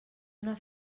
una